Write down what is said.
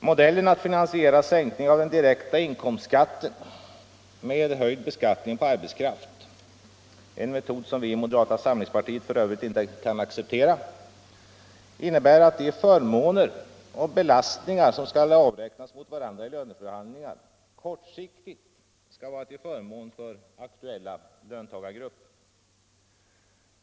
Modellen att finansiera sänkning av den direkta inkomstskatten med höjd beskattning på arbetskraft — en metod som vi i moderata samlingspartiet f. ö. inte kan acceptera — innebär att de förmåner och belastningar som skall avräknas mot varandra vid löneförhandlingar kortsiktigt skall vara till förmån för aktuella löntagargrupper.